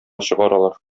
чыгаралар